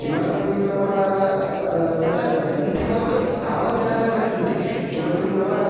किमर्थं नाम तथा सन्ति परन्तु तावत् जनाः न सन्ति किमर्थं नाम